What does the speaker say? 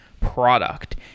product